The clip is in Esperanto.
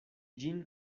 ĝin